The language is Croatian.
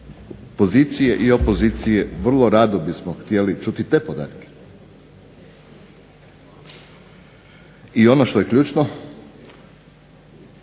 pozicije i opozicije vrlo rado bismo htjeli čuti te podatke. I ono što je ključno,